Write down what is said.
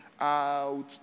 out